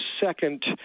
second